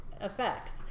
effects